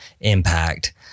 impact